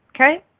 okay